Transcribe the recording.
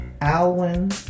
Alwyn